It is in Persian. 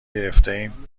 گرفتهایم